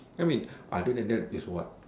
I mean other that this what